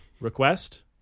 Request